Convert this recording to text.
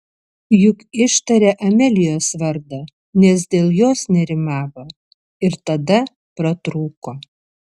juk ištarė amelijos vardą nes dėl jos nerimavo ir tada pratrūko